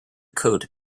coat